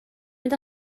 mynd